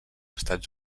estats